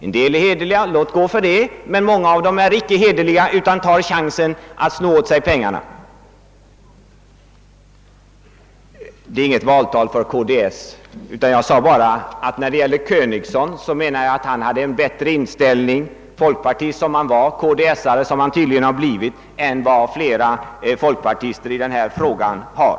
En del är hederliga — låt gå för det — men många av dem är icke hederliga utan tar chansen att sno åt sig pengarna. Det är inget valtal för KDS, utan jag sade bara beträffande herr Königson att jag menar att han hade en bättre inställning, folkpartist som han var, KDS:are som han tydligen har blivit, än vad flera folkpartister i denna fråga har.